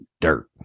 dirt